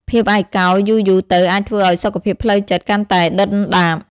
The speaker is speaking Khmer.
ភាពឯកោយូរៗទៅអាចធ្វើឲ្យសុខភាពផ្លូវចិត្តកាន់តែដុនដាប។